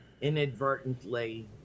inadvertently